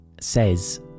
says